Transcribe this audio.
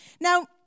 Now